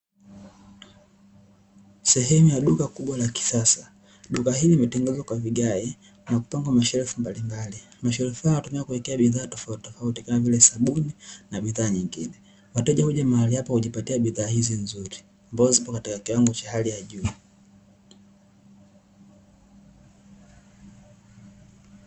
Sehemu ya duka kubwa la kisasa, duka hili limetengenezwa kwa vigae na kupangwa mashelfu mbalimbali mashelfu haya yanatumika kuwekea bidhaa tofauti tofauti kama vile sabuni na bidhaa zingine. Wateja huja mahali hapa kujipatia bidhaa hizi nzuri ambazo ziko katika kiwango cha hali ya juu.